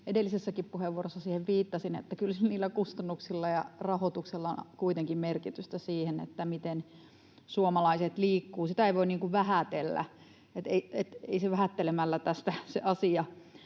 edellisessä puheenvuorossanikin viittasin, että kyllä niillä kustannuksilla ja rahoituksella on kuitenkin merkitystä siinä, miten suomalaiset liikkuvat. Sitä ei voi vähätellä. Ei se asia vähättelemällä tästä parane.